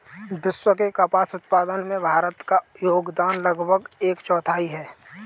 विश्व के कपास उत्पादन में भारत का योगदान लगभग एक चौथाई है